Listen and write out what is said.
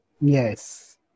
Yes